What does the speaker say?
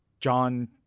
John